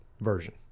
version